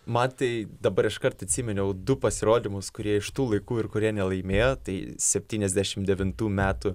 man tai dabar iškart atsiminiau du pasirodymus kurie iš tų laikų ir kurie nelaimėjo tai septyniasdešim devintų metų